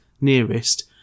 nearest